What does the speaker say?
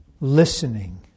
listening